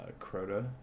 Crota